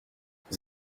vous